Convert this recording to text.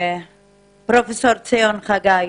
פרופסור ציון חגי,